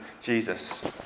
Jesus